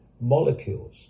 molecules